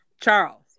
Charles